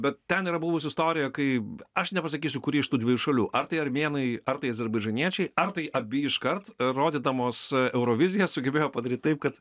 bet ten yra buvusi istorija kaip aš nepasakysiu kuri iš tų dviejų šalių ar tai armėnai ar tai azerbaidžaniečiai ar tai abi iškart rodydamos eurovizijas sugebėjo padaryt taip kad